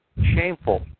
shameful